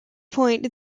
point